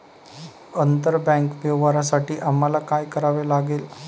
आंतरबँक व्यवहारांसाठी आम्हाला काय करावे लागेल?